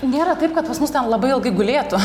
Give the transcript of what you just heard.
nėra taip kad pas mus ten labai ilgai gulėtų